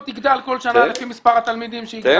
יגדל כל שנה לפי מספר התלמידים שיגדל